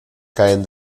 caen